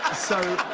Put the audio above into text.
so